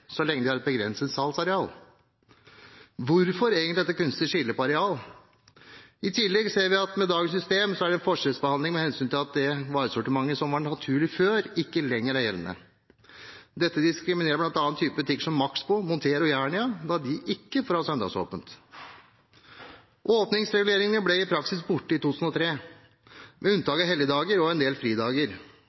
så lenge de har et begrenset salgsareal? Hvorfor egentlig dette kunstige skillet på areal? I tillegg ser vi at med dagens system er det en forskjellsbehandling med hensyn til at det varesortimentet som var naturlig før, ikke lenger er gjeldende. Dette diskriminerer bl.a. type butikker som Maxbo, Montér og Jernia, da de ikke får ha søndagsåpent. Åpningstidsreguleringene ble i praksis borte i 2003, med unntak av helligdager og en del fridager.